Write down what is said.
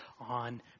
on